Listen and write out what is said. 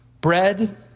bread